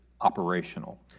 operational